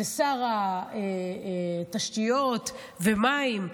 משרד התשתיות והמים.